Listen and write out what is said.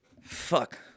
Fuck